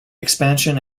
expansion